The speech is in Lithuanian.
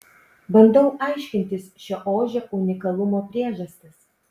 bandau aiškintis šio ožio unikalumo priežastis